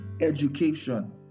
education